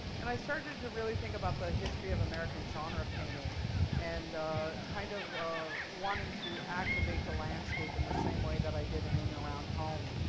and i started to really think about the history of american genre painting and kind of wanting to activate the landscape in the same way that i did in in and around home.